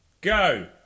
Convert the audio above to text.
Go